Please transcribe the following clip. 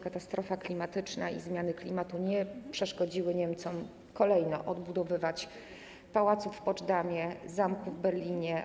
Katastrofa klimatyczna i zmiany klimatu nie przeszkodziły Niemcom kolejno odbudowywać pałacu w Poczdamie czy zamku w Berlinie.